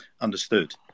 Understood